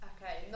Okay